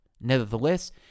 Nevertheless